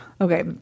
Okay